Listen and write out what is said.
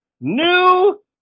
New